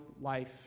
life